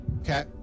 Okay